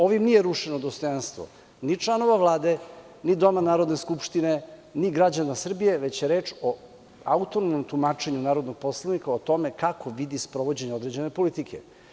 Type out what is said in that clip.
Ovim nije rušeno dostojanstvo ni članova Vlade, ni Doma Narodne skupštine, ni građana Srbije, već je reč o autonomnom tumačenju narodnog poslanika o tome kako vidi sprovođenje određene politike.